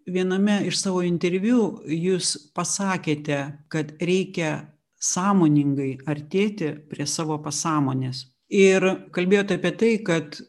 viename iš savo interviu jūs pasakėte kad reikia sąmoningai artėti prie savo pasąmonės ir kalbėjot apie tai kad